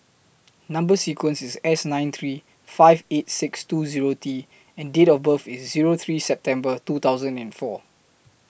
Number sequence IS S nine three five eight six two Zero T and Date of birth IS Zero three September two thousand and four